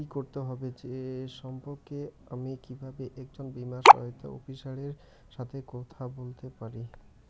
কী করতে হবে সে সম্পর্কে আমি কীভাবে একজন বীমা সহায়তা অফিসারের সাথে কথা বলতে পারি?